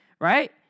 right